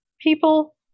people